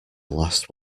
last